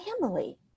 family